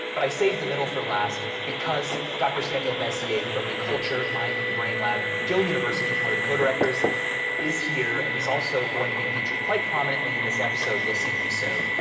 but i save the middle for last because dr. samuel veissiere from the culture, mind and brain lab at mcgill university, one of the co directors is here. and he's also going to be featured quite prominently in this episode. you'll see him soon.